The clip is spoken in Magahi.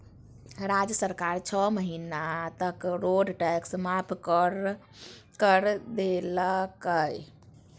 राज्य सरकार छो महीना तक रोड टैक्स माफ कर कर देलकय